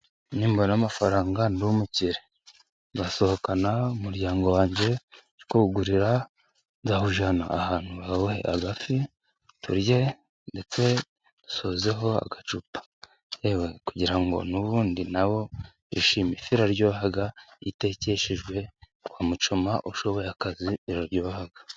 Nimbona amafaranga ndi umukire. Nzasohokana umuryango wanjye kuwugurira, nzawujyana ahantu bawuhe agafi turye, ndetse nsozeho agacupa. Yewe kugira ngo n'ubundi nabo bishime. Ifi iraryoha iyo itekeshejwe kwa mucoma ushoboye akazi, iraryoha.